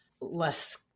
less